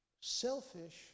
selfish